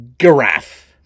Giraffe